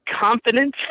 confidence